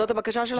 זאת הבקשה שלכם?